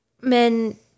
men